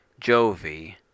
Jovi